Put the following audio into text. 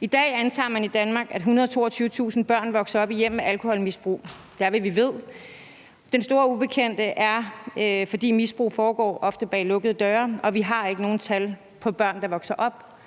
I dag antager man, at 122.000 børn i Danmark vokser op i hjem med alkoholmisbrug. Det er, hvad vi ved. Den store ubekendte er der, fordi misbrug ofte foregår bag lukkede døre og vi ikke har noget tal på børn, der vokser op